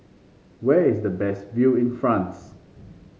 where is the best view in France